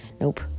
nope